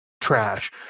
trash